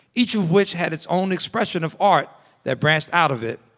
each of which had its own expression of art that branched out of it.